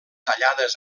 tallades